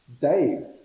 Dave